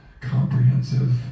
comprehensive